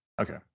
okay